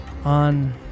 on